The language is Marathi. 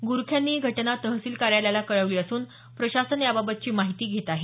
ग्रख्यांनी ही घटना तहसील कार्यालयाला कळवली असून प्रशासन याबाबतची माहिती घेत आहे